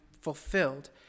fulfilled